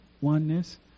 oneness